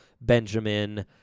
Benjamin